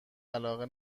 علاقه